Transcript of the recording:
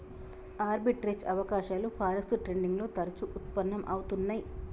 arbitrage అవకాశాలు forex trading లో తరచుగా వుత్పన్నం అవుతున్నై